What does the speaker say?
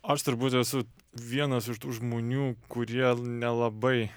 aš turbūt esu vienas iš tų žmonių kurie nelabai